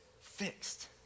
fixed